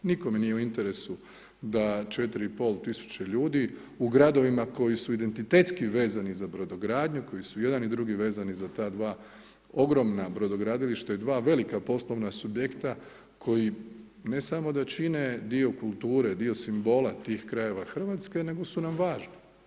Nikome nije u interesu da 4,5 tisuće ljudi, u gradovima koji su identitetski vezani za brodogradnju, koji su jedan i drugi vezani za ta dva ogromna brodogradilišta i dva velika poslovna subjekta koji ne samo da čine dio kulture, dio simbola tih krajeva Hrvatske nego su nam važni.